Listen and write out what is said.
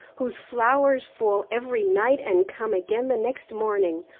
whose flowers fall every night and come again the next morning,